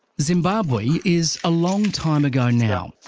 zimbabwe is a long time ago now.